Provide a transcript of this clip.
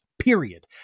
period